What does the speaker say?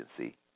agency